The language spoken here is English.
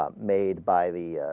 um made by the